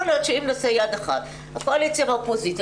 יכול להיות שאם נעשה יד אחת קואליציה ואופוזיציה,